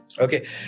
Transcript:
Okay